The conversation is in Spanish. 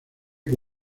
que